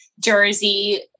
Jersey